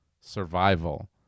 survival